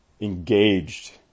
engaged